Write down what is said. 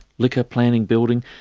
liquor, planning, building,